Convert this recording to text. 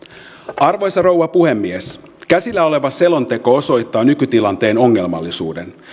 arvoisa rouva puhemies käsillä oleva selonteko osoittaa nykytilanteen ongelmallisuuden